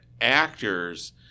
actors